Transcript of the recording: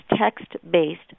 text-based